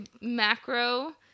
macro